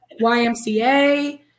YMCA